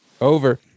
Over